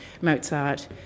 Mozart